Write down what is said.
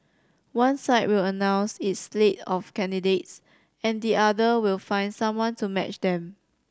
one side will announce its slate of candidates and the other will find someone to match them